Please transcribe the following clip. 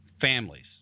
families